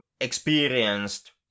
experienced